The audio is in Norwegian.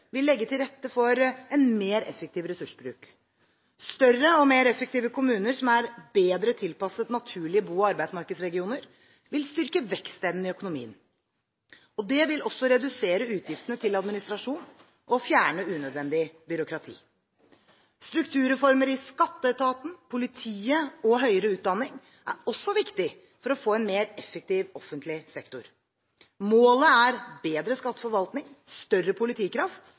til rette for en mer effektiv ressursbruk. Større og mer effektive kommuner som er bedre tilpasset naturlige bo- og arbeidsmarkedsregioner, vil styrke vekstevnen i økonomien. Det vil også redusere utgiftene til administrasjon og fjerne unødvendig byråkrati. Strukturreformer i skatteetaten, politiet og høyere utdanning er også viktige for å få en mer effektiv offentlig sektor. Målet er bedre skatteforvaltning, større politikraft